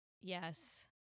Yes